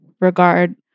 regard